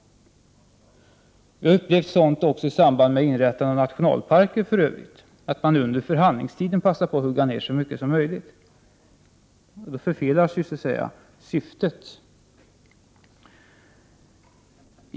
Vi har för övrigt också upplevt sådant i samband med inrättandet av nationalparker, där man under förhandlingstiden passar på att hugga ner så mycket som möjligt. Då förfelas syftet.